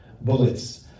bullets